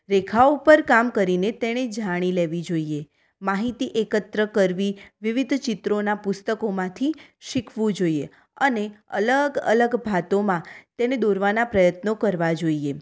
રેખઓ ઉપર કામ કરીને તેને જાણી લેવી જોઈએ માહિતી એકત્ર કરવી વિવિધ ચિત્રોના પુસ્તકોમાંથી શીખવું જોઈએ અને અલગ અલગ ભાતોમાં તેને દોરવાના પ્રયત્નો કરવા જોઈએ